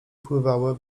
pływały